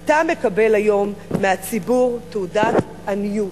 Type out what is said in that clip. אתה מקבל היום מהציבור תעודת עניות.